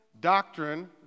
doctrine